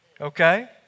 Okay